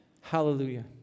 Hallelujah